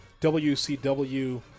WCW